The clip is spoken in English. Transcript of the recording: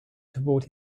toward